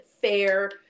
fair